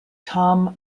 tom